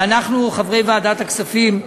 ואנחנו, חברי ועדת הכספים,